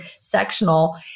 sectional